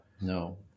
No